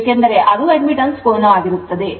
ಏಕೆಂದರೆ ಅದು admittance ಕೋನವಾಗಿರುತ್ತದೆ